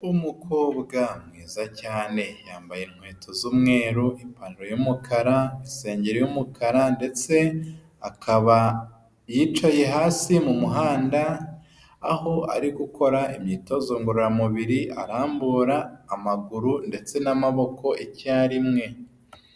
Umukobwa mwiza cyane, yambaye inkweto z'umweru ipantaro y'umukara, isengeri y'umukara ,ndetse akaba yicaye hasi mu muhanda, aho ari gukora imyitozo ngororamubiri arambura amaguru ndetse n'amaboko icyarimwe.